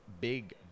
big